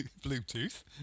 Bluetooth